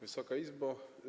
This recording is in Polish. Wysoka Izbo!